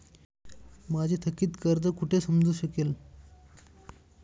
माझे थकीत कर्ज कुठे समजू शकेल?